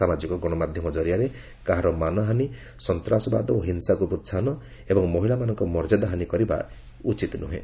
ସାମାଜିକ ଗଣମାଧ୍ୟମ ଜରିଆରେ କାହାର ମାନହାନି ସନ୍ତାସବାଦ ଓ ହିଂସାକୁ ପ୍ରୋସାହନ ଏବଂ ମହିଳାମାନଙ୍କ ମର୍ଯ୍ୟାଦା ହାନି କରାଯିବା ଉଚିତ ନୁହେଁ